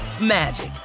magic